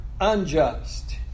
unjust